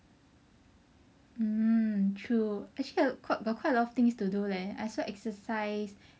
mm ture actually got quite a lot of things to do leh I saw exercise